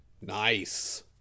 Nice